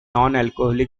alcoholic